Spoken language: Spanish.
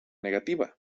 negativa